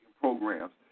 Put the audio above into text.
programs